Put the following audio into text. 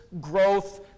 growth